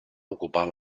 ocupar